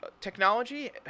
Technology